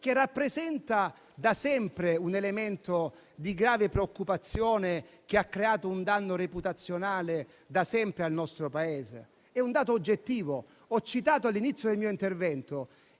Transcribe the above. che rappresenta da sempre un elemento di grave preoccupazione, che ha creato un danno reputazionale al nostro Paese. È un dato oggettivo. Ho citato, all'inizio del mio intervento,